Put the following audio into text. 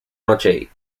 noche